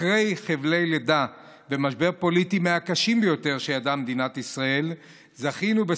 אחרי חבלי לידה ומשבר פוליטי מהקשים ביותר שידעה מדינת ישראל זכינו,